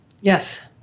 Yes